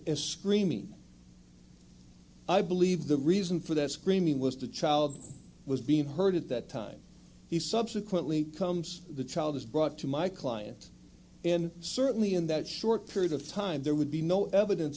as screaming i believe the reason for that screaming was the child was being hurt at that time he subsequently becomes the child is brought to my client and certainly in that short period of time there would be no evidence